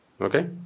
Okay